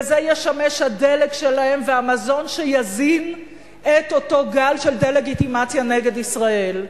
וזה ישמש הדלק שלהם והמזון שיזין את אותו גל של דה-לגיטימציה נגד ישראל.